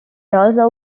also